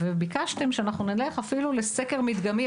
ביקשתם שאנחנו נלך אפילו לסקר מדגמי,